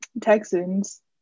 Texans